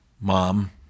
mom